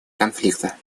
конфликта